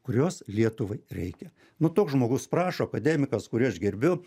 kurios lietuvai reikia nu toks žmogus prašo akademikas kurį aš gerbiu